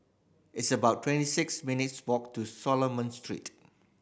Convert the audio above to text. it's about twenty six minutes' walk to Solomon Street